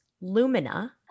Lumina